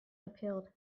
appealed